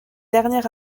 dernier